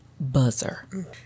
buzzer